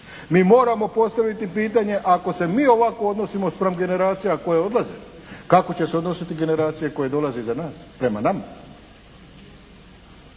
Mi moramo postaviti pitanje ako se mi ovako odnosimo spram generacija koje odlaze kako će se odnositi generacije koje dolaze iza nas prema nama?